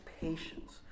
patience